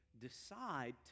decide